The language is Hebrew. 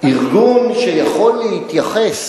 ארגון שיכול להתייחס